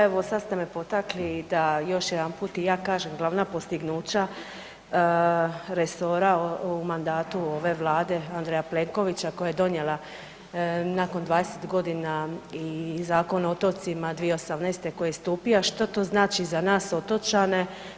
Evo sad ste me potakli da još jedanput i ja kažem glavna postignuća resora u mandatu ove Vlade Andreja Plenkovića koja je donijela nakon 20 godina i Zakon o otocima 2018.koji je stupio što to znači za nas otočane.